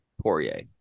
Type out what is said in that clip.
Poirier